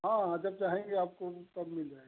हाँ अगर चाहेंगे आपको भी कम मिल जायेगा